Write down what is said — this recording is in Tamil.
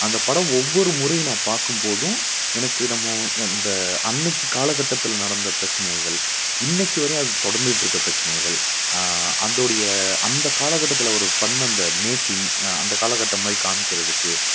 அந்த படம் ஒவ்வொரு முறையும் நான் பார்க்கும்போதும் எனக்கு நம்ம அந்த அன்னைக்கு காலக்கட்டத்தில் நடந்த பிரச்சனைகள் இன்னைக்கு வரையும் அது தொடர்ந்துக்கிட்டிருக்க பிரச்சனைகள் அதோடைய அந்த காலக்கட்டத்தில் அவர் பண்ண அந்த மேக்கிங் அந்த காலக்கட்டம் மாதிரி காமிக்கிறதுக்கு